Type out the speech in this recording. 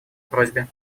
просьбе